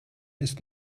ist